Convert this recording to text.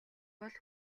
бол